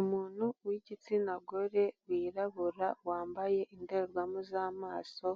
Umuntu w'igitsina gore wirabura wambaye indorerwamo z'amaso